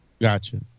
Gotcha